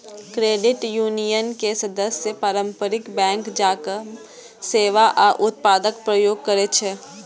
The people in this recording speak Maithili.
क्रेडिट यूनियन के सदस्य पारंपरिक बैंक जकां सेवा आ उत्पादक उपयोग करै छै